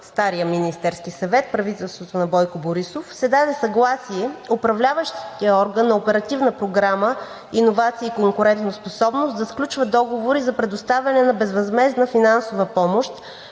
стария Министерски съвет – правителството на Бойко Борисов, се даде съгласие управляващият орган на Оперативна програма „Иновации и конкурентоспособност“ да сключва договори за предоставяне на безвъзмездна финансова помощ